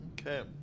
Okay